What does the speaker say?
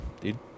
dude